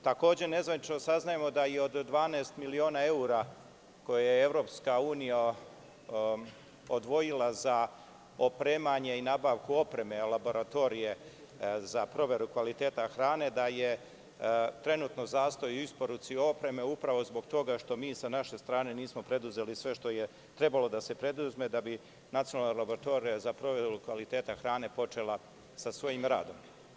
Takođe, nezvanično saznajemo da od 12 miliona evra koje je EU odvojila za opremanje i nabavku opreme laboratorije za proveru kvaliteta hrane, da je trenutno zastoj u isporuci opreme upravo zbog toga što mi sa naše strane nismo preduzeli sve što je trebalo da se preduzme da bi Nacionalna laboratorija za proveru kvaliteta hrane počela sa svojim radom.